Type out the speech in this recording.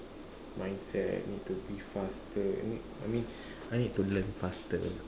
mindset and need to be faster I mean I mean I need to learn faster